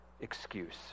excuse